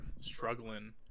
struggling